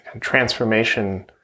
transformation